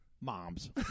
Moms